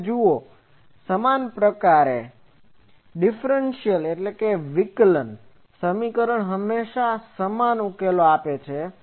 તમે જુઓ સમાન પ્રકારનું દીફ્રેન્સીઅલ Differential વિકલન સમીકરણ હંમેશાં સમાન ઉકેલો આપે છે